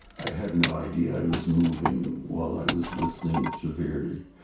i had no idea i was moving while i was listening to verdi.